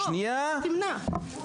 לא, לא תמנע.